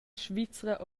svizra